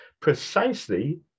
precisely